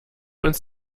uns